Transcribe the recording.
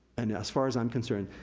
and, as far as i'm concerned,